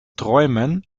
träumen